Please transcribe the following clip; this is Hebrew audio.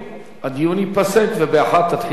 הדיון ייפסק, וב-01:00 תתחיל ההצבעה.